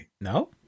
No